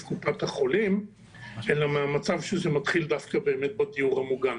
קופת החולים אלא מהמצב שזה מתחיל דווקא באמת בדיור המוגן,